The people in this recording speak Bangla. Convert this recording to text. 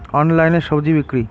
অনলাইনে স্বজি বিক্রি?